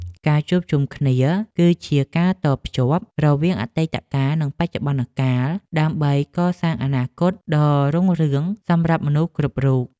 ការជួបជុំគ្នា គឺជាការតភ្ជាប់រវាងអតីតកាល និងបច្ចុប្បន្នកាលដើម្បីកសាងអនាគតដ៏រុងរឿងសម្រាប់មនុស្សគ្រប់រូប។